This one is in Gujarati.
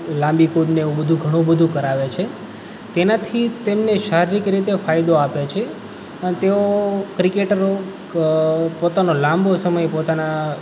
લાંબી કુદ ને એવું બધું ઘણું બધું કરાવે છે તેનાંથી તેમને શારીરિક રીતે ફાયદો આપે છે અને તેઓ ક્રિકેટરો પોતાનો લાંબો સમય પોતાનાં